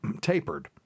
tapered